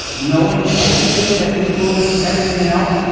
knowing everything that influences everything else,